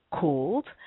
called